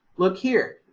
look here.